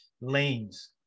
lanes